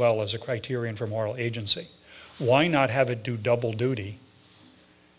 well as a criterion for moral agency why not have a do double duty